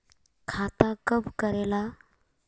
खाता कब करेला?